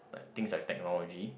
things like technology